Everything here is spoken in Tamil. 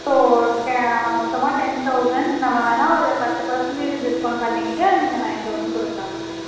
ஓகே மொத்தமாக டென் தௌசண்ட் நம்ம வேணா ஒரு பத்து பேர்ஸென்டேஜு டிஸ்கௌண்ட் பண்ணிக்கிட்டு நீங்கள் நைன் தௌசண்ட் கொடுக்கலாம் மேம்